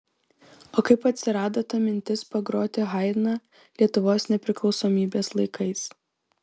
o kaip atsirado ta mintis pagroti haidną lietuvos nepriklausomybės laikais